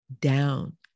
down